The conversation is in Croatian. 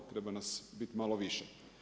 Treba nas bit malo više.